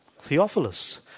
Theophilus